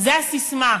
זו הססמה.